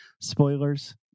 spoilers